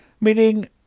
Meaning